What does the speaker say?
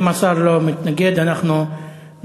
אם השר לא מתנגד, אנחנו נערוך